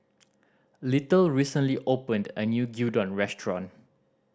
Little recently opened a new Gyudon Restaurant